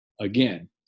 again